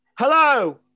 Hello